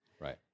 Right